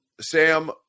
Sam